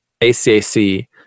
ACAC